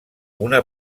una